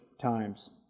times